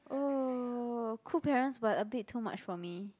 oh cool parents but a bit too much for me